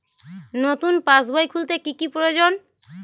নতুন পাশবই খুলতে কি কি প্রয়োজন?